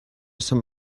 sam